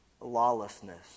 lawlessness